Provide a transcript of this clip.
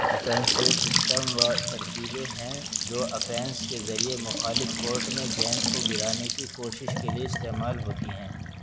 offensive system وہ ترتیبیں ہیں جو افینس کے ذریعے مخالف کورٹ میں گیند کو گرانے کی کوشش کے لیے استعمال ہوتیں ہیں